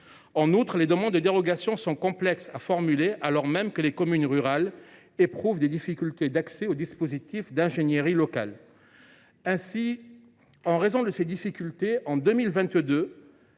en outre, les demandes de dérogation sont complexes à formuler, alors que les communes rurales éprouvent des difficultés d’accès aux dispositifs d’ingénierie locale. Ainsi, en raison de ces difficultés, en 2022,